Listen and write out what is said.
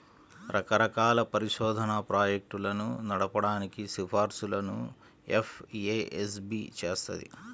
రకరకాల పరిశోధనా ప్రాజెక్టులను నడపడానికి సిఫార్సులను ఎఫ్ఏఎస్బి చేత్తది